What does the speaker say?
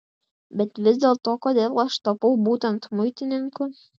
bet vis dėlto kodėl aš tapau būtent muitininku